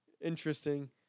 interesting